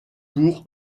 pour